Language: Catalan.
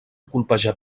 colpejar